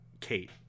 Kate